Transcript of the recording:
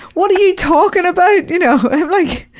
what are you talking about! you know, i'm like,